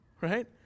right